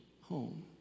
home